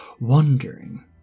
wondering